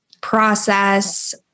process